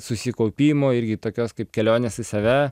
susikaupimo irgi tokios kaip kelionės į save